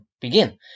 begin